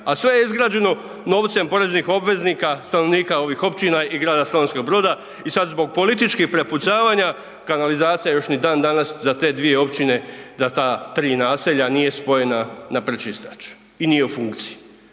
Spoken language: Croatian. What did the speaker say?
A sve je izgrađeno novcem poreznih obveznika, stanovnika ovih općina i grada Slavonskog Broda i sad zbog političkih prepucavanja, kanalizacija još ni dandanas za te dvije općine, za ta 3 naselja nije spojena na pročistač i nije u funkciji.